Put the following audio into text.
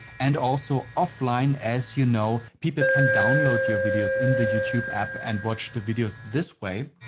and also offline. as you know people can download your videos in the youtube app and watch the videos this way.